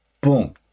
Boom